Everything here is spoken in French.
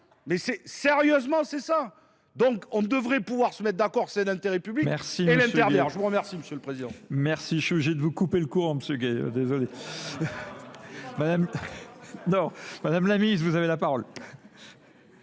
Mais sérieusement, c'est ça ! Donc on devrait pouvoir se mettre d'accord, c'est un intérêt public et l'intervient. Je vous remercie, M. le Président. Merci, je suis obligé de vous couper le courant, M. Gué, désolé. Madame la Ministre, vous avez la parole.